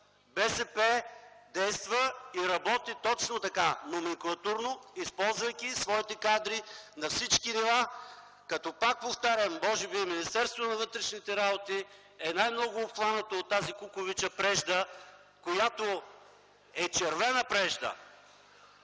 БСП действа и работи точно така – номенклатурно, използвайки своите кадри на всички нива като, пак повтарям, Министерството на вътрешните работи може би е най-много обхванато от тази кукувича прежда, която е червена прежда